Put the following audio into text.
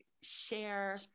share